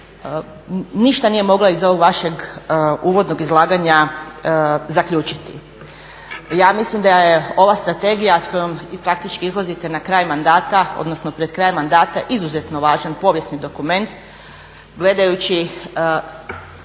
ništa nije mogla iz ovog vašeg uvodnog izlaganja zaključiti. Ja mislim da je ova strategija s kojom praktički izlazite na kraju mandata odnosno pred kraj mandata izuzetno važan povijesni dokument gledajući